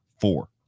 Four